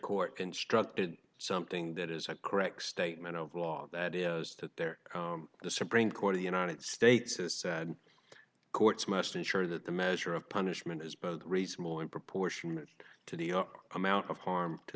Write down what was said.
court constructed something that is a correct statement of law that is that there the supreme court the united states has said courts must ensure that the measure of punishment is both reasonable and proportionate to the our amount of harm to